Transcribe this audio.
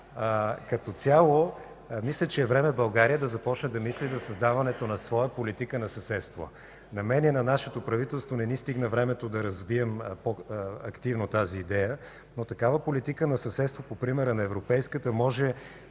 Като цяло мисля, че е време България да започне да мисли за създаването на своя политика на съседство. На мен и на нашето правителство не ни стигна време да развием тази идея. Такава политика на съседство по примера на европейската обаче